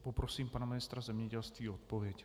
Poprosím pana ministra zemědělství o odpověď.